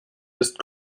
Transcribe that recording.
ist